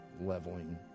leveling